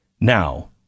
Now